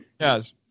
Yes